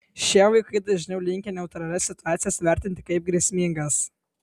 šie vaikai dažniau linkę neutralias situacijas vertinti kaip grėsmingas